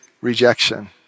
rejection